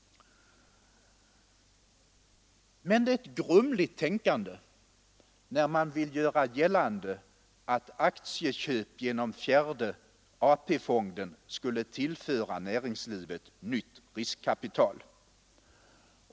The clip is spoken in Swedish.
Men det är ett grumligt tänkande bakom påståendet att aktieköp genom fjärde AP-fonden skulle tillföra närings livet nytt riskkapital.